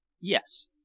Yes